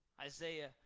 Isaiah